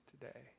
today